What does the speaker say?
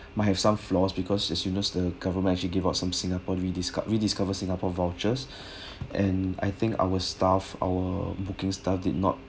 might have some flaws because as you know the government actually give out some singapore redisc~ rediscovery singapore vouchers and I think our staff our booking stuff did not